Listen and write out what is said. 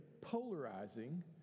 polarizing